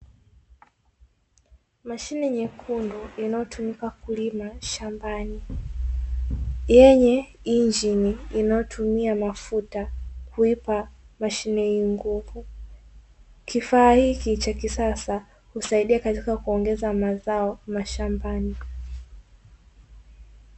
Mashine nyekundu inayotumika kulima shambani yenye injini inayotumia mafuta kuipa mashine hii nguvu. Kifaa hiki cha kisasa husaidia katika kuongeza mazao mashambani.